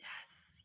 Yes